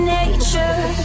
nature